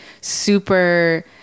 super